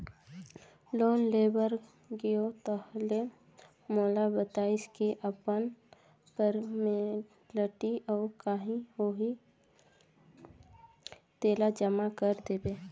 loan ले बर गेंव ताहले मोला बताइस की अपन फारमेलटी अउ काही होही तेला जमा कर देबे